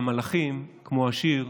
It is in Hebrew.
והמלחים, כמו בשיר,